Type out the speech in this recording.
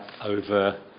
over